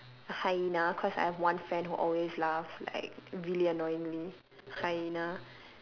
a hyena cause I have one friend who always laughs like really annoyingly hyena